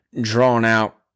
drawn-out